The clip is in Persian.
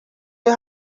این